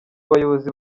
bayobozi